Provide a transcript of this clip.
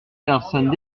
personnes